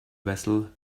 vessel